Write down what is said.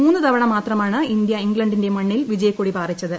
മൂന്നു തവണ മാത്രമാണ് ഇന്ത്യ ഇംഗ്ലണ്ടിന്റെ മണ്ണിൽ വിജയക്കൊടി പാറിച്ചത്